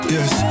Yes